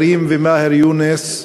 כרים ומאהר יונס,